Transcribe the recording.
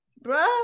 bro